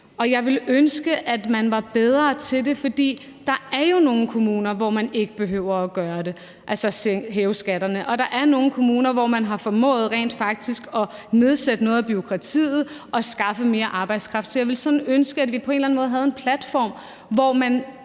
jeg ville ønske, at man var bedre til det, for der er jo nogle kommuner, hvor man ikke behøver at gøre det, altså at hæve skatterne, og der er nogle kommuner, hvor man har formået rent faktisk at nedsætte noget af bureaukratiet og skaffe mere arbejdskraft. Så jeg ville sådan ønske, at vi på en eller anden måde havde en platform, hvor man